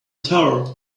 tower